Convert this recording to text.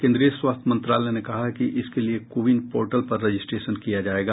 केन्द्रीय स्वास्थ्य मंत्रालय ने कहा है कि इसके लिये कोविन पोर्टल पर रजिस्ट्रेशन किया जायेगा